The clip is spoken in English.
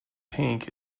pink